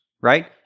right